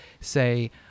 say